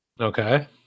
Okay